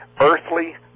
earthly